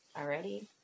already